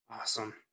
Awesome